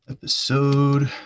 Episode